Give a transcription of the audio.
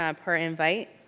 um per invite,